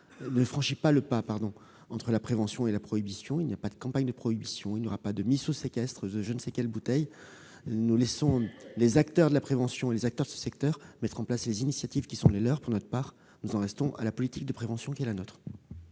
ne franchit pas le pas qui sépare la prévention de la prohibition. Il n'y aura pas de campagne de prohibition ou de mise sous séquestre de je ne sais quelles bouteilles. Nous laissons les acteurs de la prévention mettre en place les initiatives qui sont les leurs. Pour notre part, nous en restons à la politique de prévention qui est la nôtre.